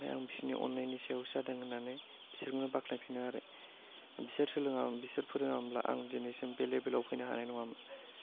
आं बिसोरनि अननायावसो जादों होननानै बिसोरखौबो बाख्नायफिनो आरो बिसोर सोलोङा मोनबा बिसोर फोरोङामोनबा आं दिनैसिम बे लेभेलाव फैनो हानाय नङामोन